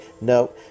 No